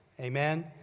Amen